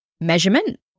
measurement